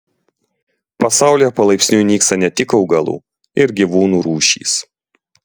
pasaulyje palaipsniui nyksta ne tik augalų ir gyvūnų rūšys